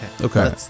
Okay